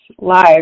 live